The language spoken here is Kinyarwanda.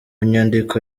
nyandiko